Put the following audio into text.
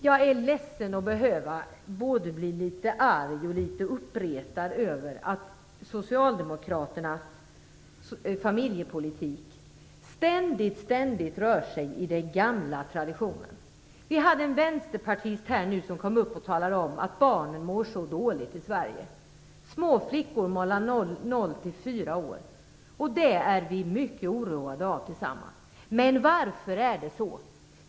Jag blir både litet ledsen och arg över att Socialdemokraternas familjepolitik ständigt rör sig inom den gamla traditionen. En vänsterpartist sade alldeles nyss att barnen mår så dåligt i Sverige. Små flickor mellan noll och fyra år mår dåligt. Det är vi mycket oroade över. Men varför är det så?